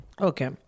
Okay